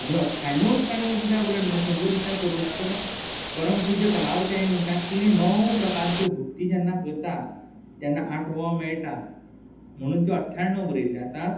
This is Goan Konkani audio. आनी ह्यो अठ्याण्णवूच काणयो कित्याक बरयल्या शंबर कित्याक बरोवंक ना जाल्यार परमपूज्य कलावती आई म्हणटा की णव प्रकारच्यो भक्ती जेन्ना करता तेन्ना आठवो मेळटा म्हणून त्यो अठ्याण्णव बरयल्ल्यो आसात